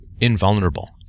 invulnerable